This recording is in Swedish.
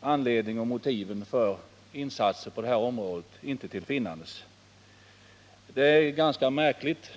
anledning och motiv för insatser på det här området i de södra delarna av landet. Det är märkligt.